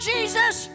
Jesus